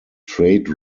trade